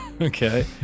Okay